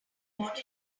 what